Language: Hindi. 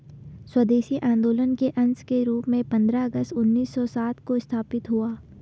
स्वदेशी आंदोलन के अंश के रूप में पंद्रह अगस्त उन्नीस सौ सात को स्थापित हुआ